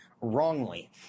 wrongly